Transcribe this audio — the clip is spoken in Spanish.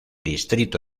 distrito